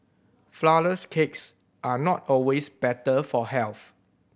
flourless cakes are not always better for health